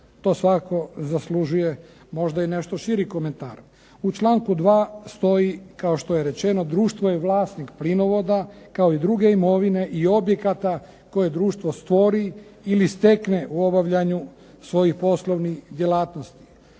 To svakako zaslužuje možda i nešto širi komentar. U članku 2. stoji kao što je rečeno, društvo je vlasnik plinovoda kao i druge imovine i objekata koje društvo stvori ili stekne u obavljanju svojih poslovnih djelatnosti.